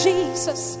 Jesus